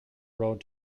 road